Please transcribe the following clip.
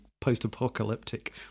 post-apocalyptic